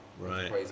right